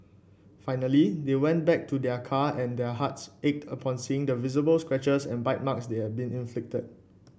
finally they went back to their car and their hearts ached upon seeing the visible scratches and bite marks they had been inflicted